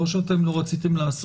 לא שאתם לא רציתם לאסוף,